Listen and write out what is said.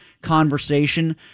conversation